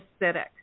acidic